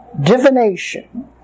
divination